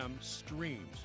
streams